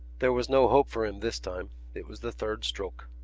there was no hope for him this time it was the third stroke.